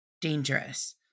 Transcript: dangerous